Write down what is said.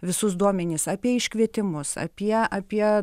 visus duomenis apie iškvietimus apie apie